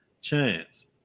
chance